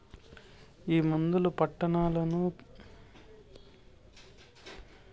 ఈ మందులు పంటలను సెట్లను పశులను తెగుళ్ల నుంచి కాపాడతాయి